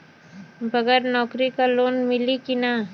बगर नौकरी क लोन मिली कि ना?